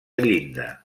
llinda